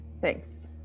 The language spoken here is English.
Thanks